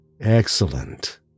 Excellent